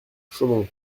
chaumont